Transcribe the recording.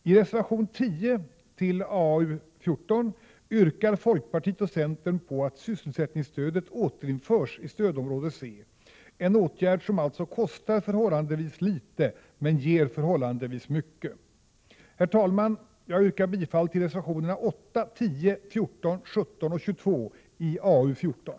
I reservation 10 vid arbetsmarknadsutskottets betänkande 14 yrkar folkpartiet och centern på att sysselsättningsstödet skall återinföras i stödområde C, en åtgärd som kostar förhållandevis litet men ger förhållandevis mycket. Herr talman! Jag yrkar bifall till reservationerna 8, 10, 14, 17 och 22 vid arbetsmarknadsutskottets betänkande 14.